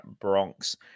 Bronx